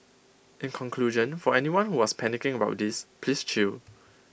in conclusion for anyone who was panicking about this please chill